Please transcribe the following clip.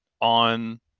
on